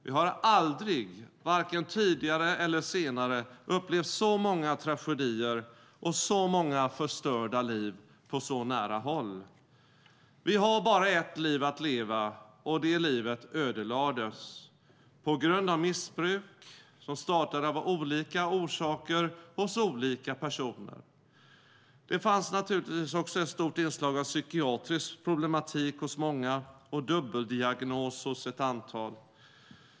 Jag har aldrig, varken tidigare eller senare, upplevt så många tragedier och så många förstörda liv på så nära håll. Vi har bara ett liv att leva, och det livet ödelades på grund av missbruk som startade av olika orsaker hos olika personer. Det fanns naturligtvis ett stort inslag av psykiatrisk problematik hos många. Det var dubbeldiagnos hos ett antal.